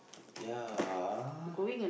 ya